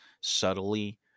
subtly